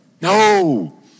No